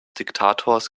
diktators